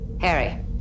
Harry